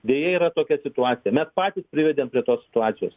deje yra tokia situacija mes patys privedėm prie tos situacijos